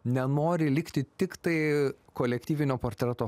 nenori likti tiktai kolektyvinio portreto